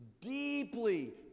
deeply